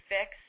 Fix